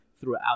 throughout